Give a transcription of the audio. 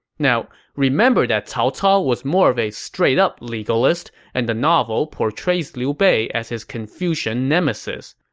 now, remember that cao cao was more of a straight-up legalist, and the novel portrays liu bei as his confucian nemesis,